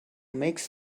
makes